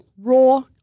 raw